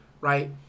right